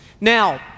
Now